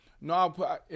No